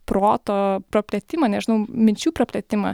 proto praplėtimą nežinau minčių praplėtimą